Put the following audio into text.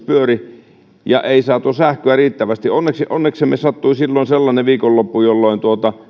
pyöri eikä saatu sähköä riittävästi onneksemme sattui silloin sellainen viikonloppu jolloin